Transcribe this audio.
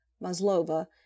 maslova